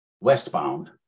westbound